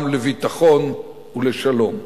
גם לביטחון ולשלום.